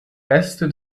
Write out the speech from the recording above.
reste